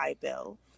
bill